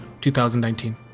2019